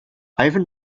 ivan